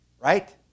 right